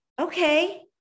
okay